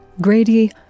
Grady